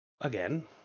again